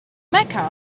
mecca